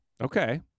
Okay